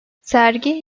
sergi